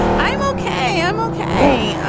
i'm ok i'm ok.